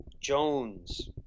Jones